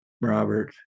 Robert